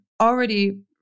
already